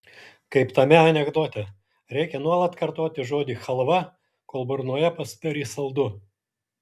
kaip tame anekdote reikia nuolat kartoti žodį chalva kol burnoje pasidarys saldu